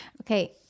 Okay